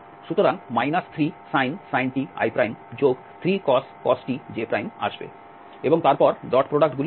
সুতরাং 3sin t i3cos t j আসবে এবং তারপর ডট প্রোডাক্ট গুলি পাব